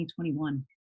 2021